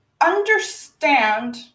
understand